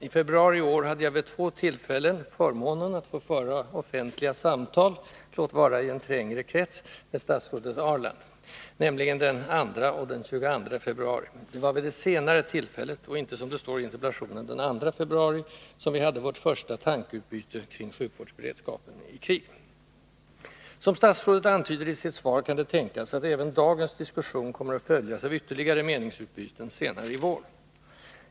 I februari i år hade jag vid två tillfällen förmånen att få föra offentliga samtal — låt vara i en trängre krets — med statsrådet Ahrland, nämligen den 2 och den 22 februari. Det var vid det senare tillfället — och inte, som det står i interpellationen, den 2 februari — som vi hade vårt första tankeutbyte kring sjukvårdsberedskapen i krig. Som statsrådet antyder i sitt svar kan det tänkas att även dagens diskussion kommer att följas av ytterligare meningsutbyten senare i vår.